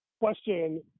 question